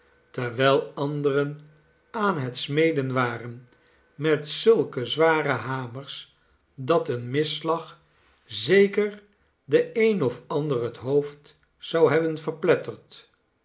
terwijl anderen aan het smeden waren met zulke zware hamers dat een misslag zeker den een of ander het hoofd zou hebben verpletterd